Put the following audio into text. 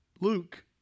Luke